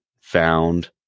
found